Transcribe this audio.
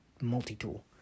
multi-tool